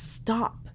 stop